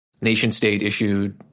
nation-state-issued